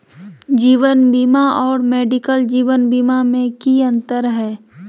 जीवन बीमा और मेडिकल जीवन बीमा में की अंतर है?